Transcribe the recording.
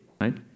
right